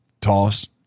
Toss